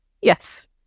yes